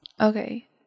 Okay